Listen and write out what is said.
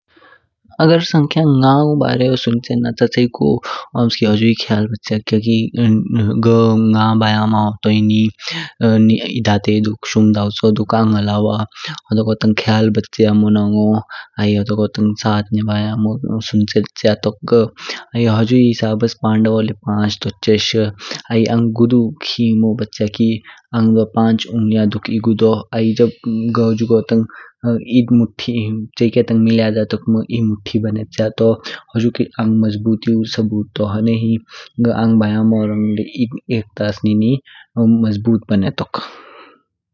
अगर संख्या ङगौ बारेओ सुञ्चेना ताऽ चियेचु ओम्स्की हुजी ख्याल बचाया कि घ ङ्गा बया मानो तोई निई। एध्ह आते दुक, शुम दाउचो दुक आङ्ग अलावा, होदोगो तंग ख्याल बचाया मोनो। आइ होदोगो तंग साथ निभायमो सुन्चेका तोक घ। आइ हुजु हिसाब्स पन्डवो ले पाँच टोचेष। आइ आङ्ग गुधु खिमो बच्या कि आङ्ग पाँच अंगुलिया दुक एह्ह गुदू। आइ जब घ हुजुगो तंग एह्ह मुठी चियेके तंग मिल्याजा तोक मम एह्ह मुठी बानेच्य तो हुजु आङ्ग मजबूतियु स्बुत तोओ हुए हि घ आङ्ग बयामोंग रङ्ग एकतस् निई निई मजबूत बनेतोेक।